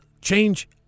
change